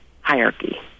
hierarchy